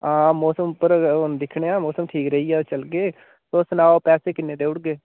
हां मौसम उप्पर गै हून दिक्खने आं मौसम ठीक रेहिया तां चलगे तुस सनाओ पैसे किन्ने देई ओड़गे